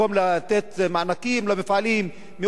במקום לתת מענקים למפעלים,